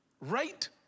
right